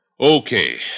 Okay